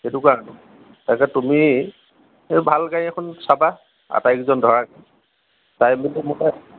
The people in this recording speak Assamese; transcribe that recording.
সেইটো কাৰণত তাকে তুমি ভাল গাড়ী এখন চাবা আটাইকেইজন ধৰাকে চাই মেলি মোক